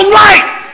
light